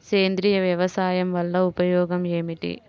సేంద్రీయ వ్యవసాయం వల్ల ఉపయోగం ఏమిటి?